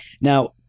Now